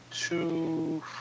two